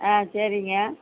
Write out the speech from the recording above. ஆ சரிங்க